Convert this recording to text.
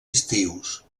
estius